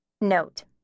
Note